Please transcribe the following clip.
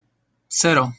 cero